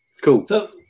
cool